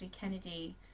Kennedy